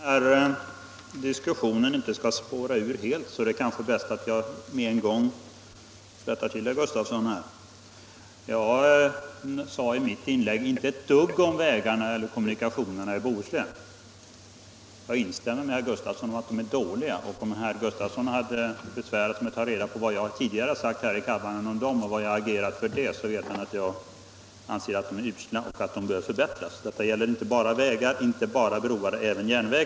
Herr talman! För att den här diskussionen inte skall spåra ur helt är det kanske bäst att jag med en gång rättar till herr Gösta Gustafsson i Göteborg. Jag sade i mitt inlägg inte ett dugg om vägarna eller kommunikationerna i Bohuslän. Jag instämmer med herr Gustafsson i att de är dåliga. Om herr Gustafsson hade besvärat sig med att ta reda på vad jag tidigare sagt här i kammaren om dem och om hur jag har agerat på den här punkten, hade han vetat att jag anser att de är usla och behöver förbättras. Detta gäller inte bara vägar och broar utan även järnvägar.